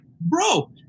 bro